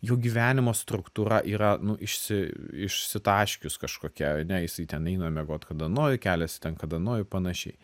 jo gyvenimo struktūra yra nu išsi išsitaškius kažkokia ane jisai ten eina miegot kada nori keliasi ten kada nori ir panašiai